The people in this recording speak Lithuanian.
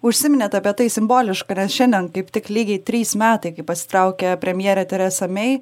užsiminėt apie tai simboliška nes šiandien kaip tik lygiai trys metai kai pasitraukia premjerė teresa mei